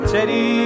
Teddy